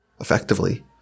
effectively